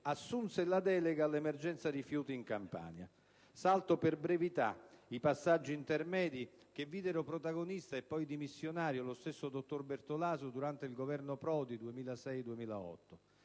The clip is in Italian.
assunse la delega all'emergenza rifiuti in Campania. Salto per brevità i passaggi intermedi che videro protagonista e poi dimissionario lo stesso dottor Bertolaso durante il Governo Prodi 2006-2008.